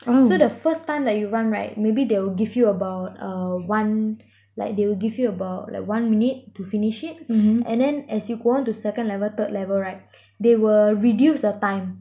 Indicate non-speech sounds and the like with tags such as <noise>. so the first time that you run right maybe they will give you about uh one like they will give you about one minute to finish it and then as you go on to second level third level right <breath> they will reduce the time